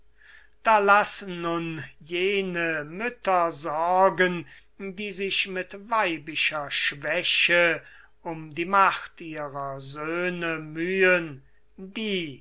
da laß nun jene mütter sorgen die sich mit weibischer schwäche um die macht ihrer söhne mühen die